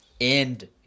end